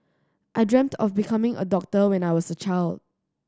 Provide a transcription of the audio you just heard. I dreamt of becoming a doctor when I was a child